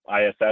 ISS